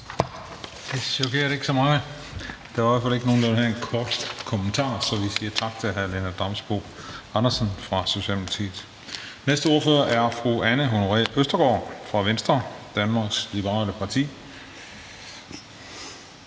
Det chokerede ikke så meget. Der var i hvert fald ikke nogen, der ville have en kort bemærkning. Så vi siger tak til hr. Lennart Damsbo-Andersen fra Socialdemokratiet. Den næste ordfører er fru Anne Honoré Østergaard fra Venstre, Danmarks Liberale Parti.